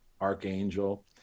archangel